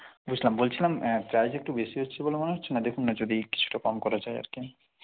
বুঝলাম বলছিলাম চার্জটা একটু বেশি হচ্ছে বলে মনে হচ্ছে না দেখুন না যদি কিছুটা কম করা যায় আর কি